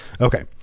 Okay